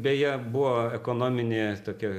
beje buvo ekonominė tokia